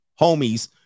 homies